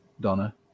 Donna